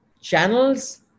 channels